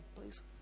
please